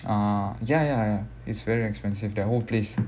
ah ya ya ya it's very expensive that whole place